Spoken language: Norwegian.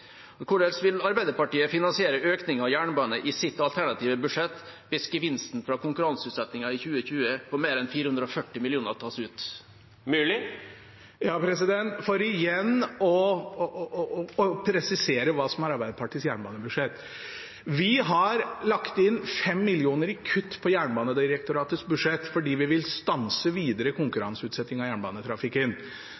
jernbane. Hvordan vil Arbeiderpartiet finansiere økt satsing på jernbane i sitt alternative budsjett hvis gevinsten fra konkurranseutsettingen i 2020, på mer enn 440 mill. kr, tas ut? For igjen å presisere hva som er Arbeiderpartiets jernbanebudsjett: Vi har lagt inn 5 mill. kr i kutt på Jernbanedirektoratets budsjett fordi vi vil stanse videre